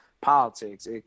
politics